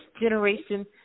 generation